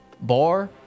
bar